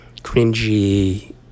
cringy